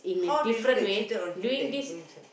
how they know they cheated on him that you go inside